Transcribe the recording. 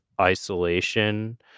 isolation